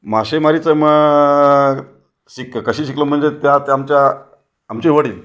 मासेमारीचं मग शिकं कसे शिकलो म्हणजे त्यात आमच्या आमचे वडील